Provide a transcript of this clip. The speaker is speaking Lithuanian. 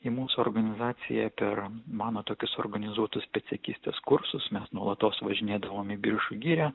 į mūsų organizaciją per mano tokius organizuotus pėdsekystės kursus mes nuolatos važinėdavom į biržų girią